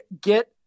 get –